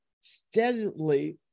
steadily